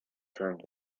turned